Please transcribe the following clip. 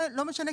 זה לא משנה,